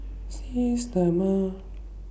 Systema